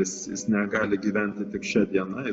jis jis negali gyventi tik šia diena